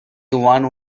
one